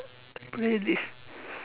playlist